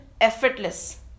effortless